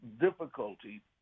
difficulty